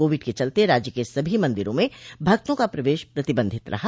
Covid के चलते राज्य के सभी मंदिरों में भक्तों का प्रवेश प्रतिबंधित रहा